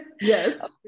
Yes